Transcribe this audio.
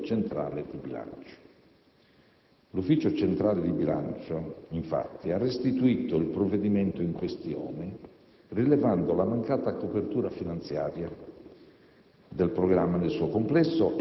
per il tramite dell'Ufficio centrale di bilancio. Proprio tale Ufficio ha restituito il provvedimento in questione, rilevando la mancata copertura finanziaria